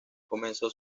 comenzó